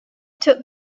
took